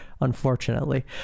unfortunately